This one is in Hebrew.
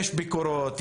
יש ביקורות,